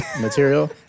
material